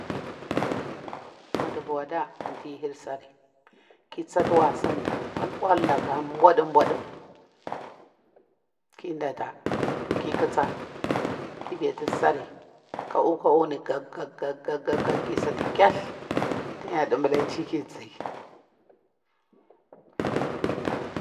Nmudubur wadah auti hir sari ki tsati wasani uwallaka uɓwah ɗum- nɓwahɗum ki ndata ki kutsin, ki biti sahri ka'u- ka'u ni guk- guk- guk ki sati kith tin ya dunbala chi ki nzi,